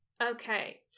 Okay